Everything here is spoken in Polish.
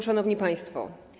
Szanowni Państwo!